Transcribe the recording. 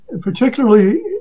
particularly